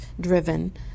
driven